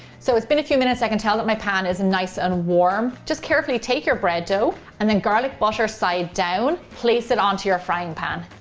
so it's been a few minutes i can tell that my pan is nice and warm, just carefully take your bread dough, and then garlic butter side down, place it onto your frying pan.